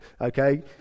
Okay